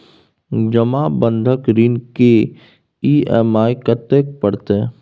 जमा बंधक ऋण के ई.एम.आई कत्ते परतै?